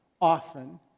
often